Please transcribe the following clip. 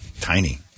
Tiny